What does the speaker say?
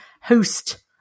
host